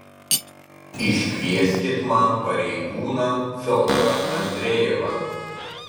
iškvieskit man pareigūną fiodorą andrejevą